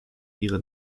ihre